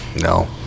No